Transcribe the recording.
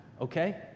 okay